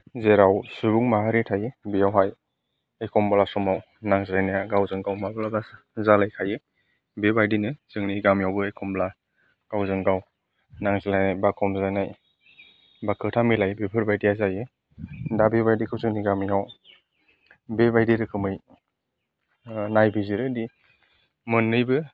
जेराव सुबुं माहारि थायो बेयावहाय एखमब्ला समाव नांज्लायनाया गावजों गाव माब्लाबा जालायखायो बेबायदिनो जोंनि गामियावबो एखमब्ला गावजों गाव नांज्लायनाय बा खमज्लायनाय बा खोथा मिलायै बेफोरबायदिया जायो दा बेबायदिखौ जोंनि गामियाव बेबायदि रोखोमै नायबिजिरो दि मोन्नैबो